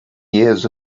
years